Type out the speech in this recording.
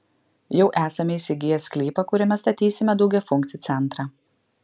jau esame įsigiję sklypą kuriame statysime daugiafunkcį centrą